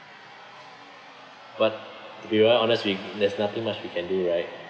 but to be very honest we there's nothing much we can do right